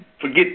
Forget